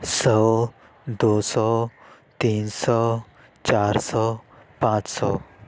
سو دو سو تین سو چار سو پانچ سو